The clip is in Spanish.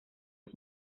son